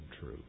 true